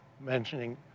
mentioning